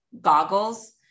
goggles